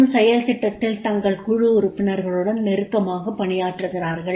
மற்றும் செயல் திட்டத்தில் தங்கள் குழு உறுப்பினர்களுடன் நெருக்கமாக பணியாற்றுகிறார்கள்